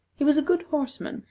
he was a good horseman,